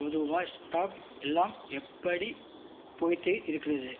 பொதுவாக ஸ்டாக் எல்லாம் எப்படி போய்கிட்டு இருக்கிறது